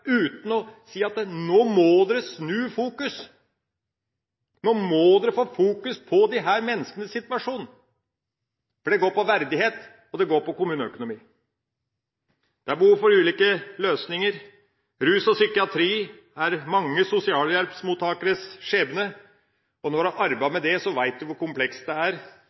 uten å si at nå må dere snu fokus, nå må dere få fokus på disse menneskenes situasjon, for det går på verdighet, og det går på kommuneøkonomi. Det er behov for ulike løsninger. Rus og psykiatri er mange sosialhjelpsmottakeres skjebne, og når du har arbeidet med det, så vet du hvor komplekst det er,